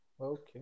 Okay